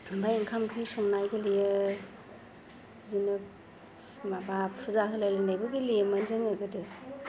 ओमफाय ओंखाम ओंख्रि संनाय गेलेयो बिदिनो माबा फुजा होलायलायनायबो गेलेयोमोन जोङो गोदो